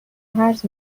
هرز